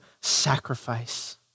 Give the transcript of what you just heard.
sacrifice